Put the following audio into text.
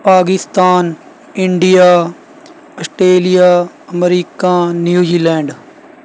Pakistan India Australia America New Zealand